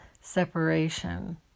separation